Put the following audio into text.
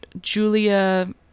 Julia